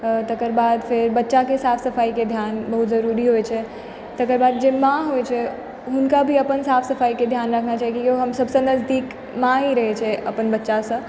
तकर बाद फेर बच्चाके साफ सफाइके ध्यान बहुत जरूरी होइ छै तकर बादजे माँ होइ छै हुनका भी अपन साफ सफाइके ध्यान रखना चाही कियाकि हमसब से सबसँ नजदीक माँ ही रहै छै अपन बच्चासँ तऽ